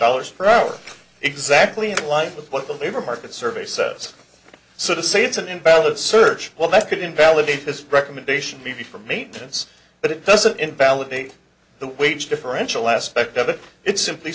dollars per hour exactly why with what the labor market survey says so to say it's an invalid search well that could invalidate his recommendation maybe for maintenance but it doesn't invalidate the wage differential aspect of it it simply